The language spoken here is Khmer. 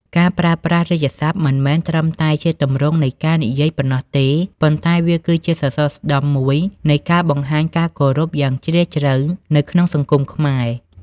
ការប្រើប្រាស់រាជសព្ទមិនមែនត្រឹមតែជាទម្រង់នៃការនិយាយប៉ុណ្ណោះទេ ប៉ុន្តែវាគឺជាសសរស្តម្ភមួយនៃការបង្ហាញការគោរពយ៉ាងជ្រាលជ្រៅនៅក្នុងសង្គមខ្មែរ។